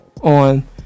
on